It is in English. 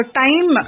time